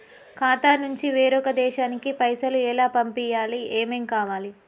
ఖాతా నుంచి వేరొక దేశానికి పైసలు ఎలా పంపియ్యాలి? ఏమేం కావాలి?